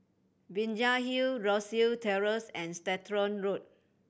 Binjai Hill Rosyth Terrace and Stratton Road